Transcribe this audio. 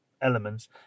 elements